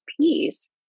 peace